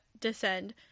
descend